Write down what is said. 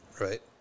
Right